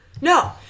No